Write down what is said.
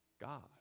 God